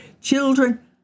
children